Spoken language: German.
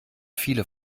viele